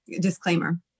disclaimer